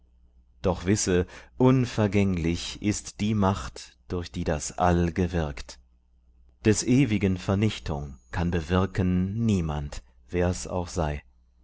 doch wisse unvergänglich ist die macht durch die das all gewirkt des ewigen vernichtung kann bewirken niemand wer's auch sei